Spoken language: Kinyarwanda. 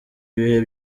ibihe